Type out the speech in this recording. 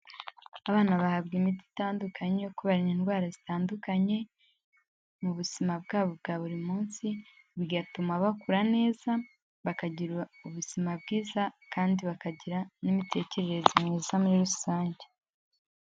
Abana bahabwa imiti itandukanye, kubera indwara zitandukanye mu buzima bwabo bwa buri munsi, bigatuma bakura neza, bakagira ubuzima bwiza, kandi bakagira n'imitekerereze myiza muri rusange.